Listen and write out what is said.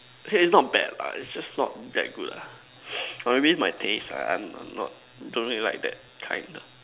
okay it's not bad lah it's just not that good lah or maybe my taste ah I'm not don't really like that kind ah